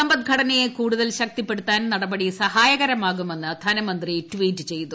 സമ്പദ്ഘടനയെ കൂടുതൽ ശക്തിപ്പെടുത്താൻ നടപടി സഹായകരമാകുമെന്ന് ധനമന്ത്രി ട്വീറ്റ് ചെയ്തു